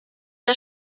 der